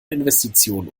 investitionen